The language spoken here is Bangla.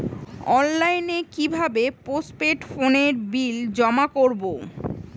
অনলাইনে কি ভাবে পোস্টপেড ফোনের বিল জমা করব?